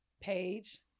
page